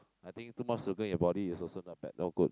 I think too much sugar in your body is also not bad no good